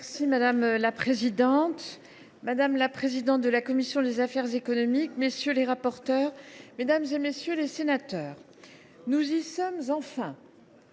Madame la présidente, madame la présidente de la commission des affaires économiques, messieurs les rapporteurs, mesdames, messieurs les sénateurs, nous y sommes enfin